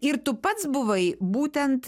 ir tu pats buvai būtent